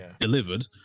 delivered